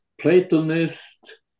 Platonist